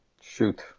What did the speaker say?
shoot